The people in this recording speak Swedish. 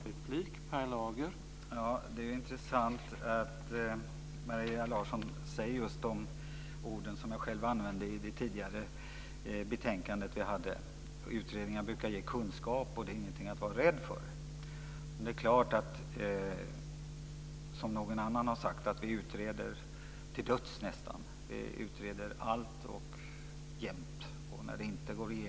Herr talman! Det är intressant att Maria Larsson använder just de ord som jag själv använde när vi behandlade det tidigare betänkandet, att utredningar brukar ge kunskap och att det inte är något att vara rädd för. Men det är klart att vi, som någon annan har sagt, nästan utreder till döds. Vi utreder allt och jämt.